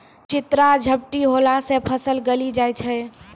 चित्रा झपटी होला से फसल गली जाय छै?